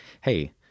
Hey